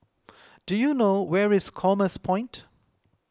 do you know where is Commerce Point